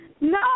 No